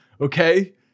okay